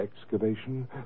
excavation